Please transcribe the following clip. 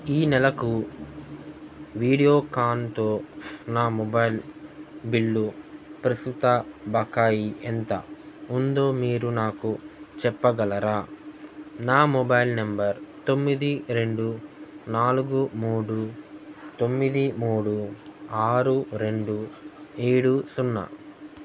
ఈ నెలకు వీడియోకాన్తో నా మొబైల్ బిల్లు ప్రస్తుత బకాయి ఎంత ఉందో మీరు నాకు చెప్పగలరా నా మొబైల్ నెంబర్ తొమ్మిది రెండు నాలుగు మూడు తొమ్మిది మూడు ఆరు రెండు ఏడు సున్నా